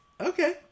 Okay